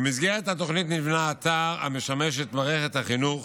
במסגרת התוכנית נבנה אתר המשמש את מערכת החינוך